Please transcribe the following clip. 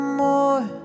more